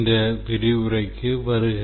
இந்த விரிவுரைக்கு வருக